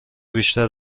بیشتر